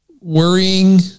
worrying